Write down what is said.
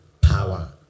power